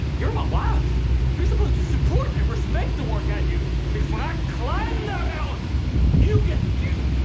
you're a wife you're supposed to support and respect the work i do because when i climb down you get the view.